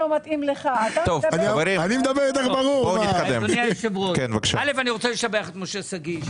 אדוני היושב, אני רוצה לשבח את משה שגיא.